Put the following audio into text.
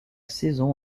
saison